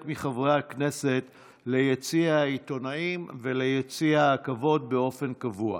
מחברי הכנסת ליציע העיתונאים וליציע הכבוד באופן קבוע.